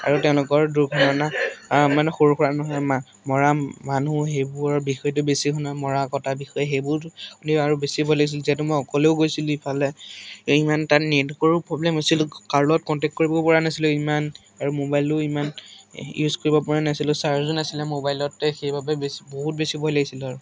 আৰু তেওঁলোকৰ দুৰ্ঘটনা মানে সৰু পৰা নহয় মৰা মানুহ সেইবোৰৰ বিষয়টো বেছি শুনা মৰা কটা বিষয়ে সেইবোৰ শুনিও আৰু বেছি ভয় লাগিছিল যিহেতু মই অকলেও গৈছিলোঁ ইফালে ইমান তাত নেটৱৰ্কৰো প্ৰব্লেম হৈছিল কাৰোৰে লগত কণ্টেক্ট কৰিব পৰা নাছিলোঁ ইমান আৰু মোবাইলো ইমান ইউজ কৰিব পৰা নাছিলোঁ চাৰ্জো নাছিলে মোবাইলতে সেইবাবে বেছি বহুত বেছি ভয় লাগিছিল আৰু